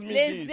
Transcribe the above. les